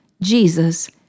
Jesus